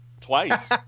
Twice